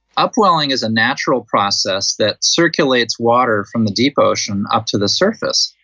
upwelling is a natural process that circulates water from the deep ocean up to the surface,